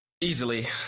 Easily